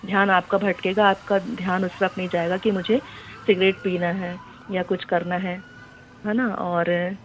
ध्यान आपका भटकेगा आपका ध्यान उस वक़्त नहीं जाएगा कि मुझे सिगरेट पीना है या कुछ करना है है ना और